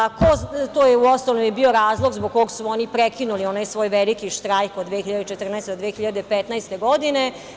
To je u osnovi i bio razlog zbog kog su oni prekinuli onaj svoj veliki štrajk od 2014. do 2015. godine.